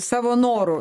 savo noru